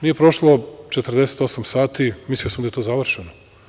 Nije prošlo 48 časova, mislio sam da je to završeno.